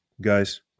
guys